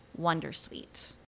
Wondersuite